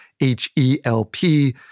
H-E-L-P